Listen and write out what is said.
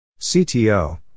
CTO